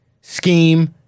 scheme